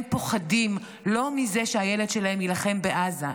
הם לא פוחדים מזה שהילד שלהם יילחם בעזה,